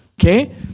okay